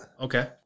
Okay